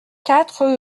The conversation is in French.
quatre